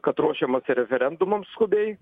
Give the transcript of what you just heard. kad ruošiamasi referendumams skubiai